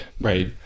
Right